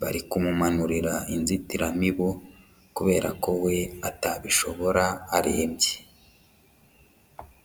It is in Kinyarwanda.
Bari kumumanurira inzitiramibu kubera ko we atabishobora arembye.